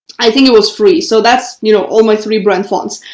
i think it was free. so that's, you know, all my three brand fonts.